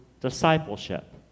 discipleship